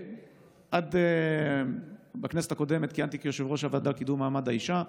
עד הכנסת הקודמת כיהנתי כיושב-ראש הוועדה לקידום מעמד האישה.